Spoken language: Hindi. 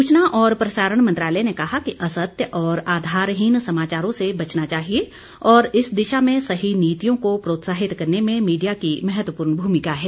सूचना और प्रसारण मंत्रालय ने कहा कि असत्य और आधारहीन समाचारों से बचना चाहिए और इस दिशा में सही नीतियों को प्रोत्साहित करने में मीडिया की महत्वपूर्ण भूमिका है